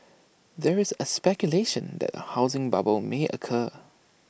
there is speculation that A housing bubble may occur